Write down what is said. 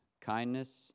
kindness